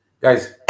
guys